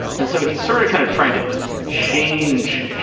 and so he's sort of kind of trying to change.